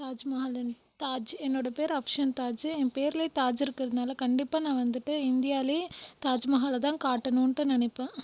தாஜ்மஹால்னு தாஜ் என்னோட பேர் அஃப்ஷன் தாஜு என் பேரிலே தாஜ் இருக்கிறதுனால கண்டிப்பாக நான் வந்துட்டு இந்தியாவிலே தாஜ்மஹாலை தான் காட்டணும்ன்ட்டு நினைப்பேன்